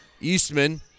Eastman